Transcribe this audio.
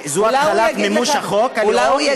זו התחלת מימוש החוק היום,